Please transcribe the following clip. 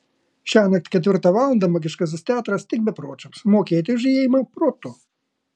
šiąnakt ketvirtą valandą magiškasis teatras tik bepročiams mokėti už įėjimą protu